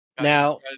Now